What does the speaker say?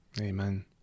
Amen